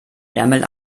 ärmel